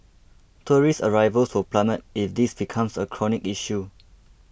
tourist arrivals will plummet if this becomes a chronic issue